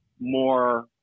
more